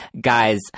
guys